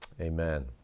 Amen